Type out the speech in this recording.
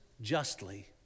justly